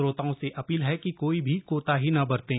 श्रोताओं से अपील है कि कोई भी कोताही न बरतें